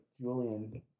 Julian